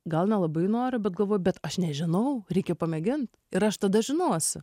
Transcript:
gal nelabai nori bet galvoju aš bet aš nežinau reikia pamėgint ir aš tada žinosiu